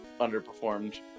underperformed